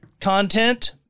content